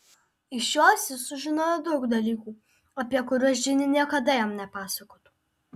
iš jos jis sužinojo daug dalykų apie kuriuos džinė niekada jam nepasakotų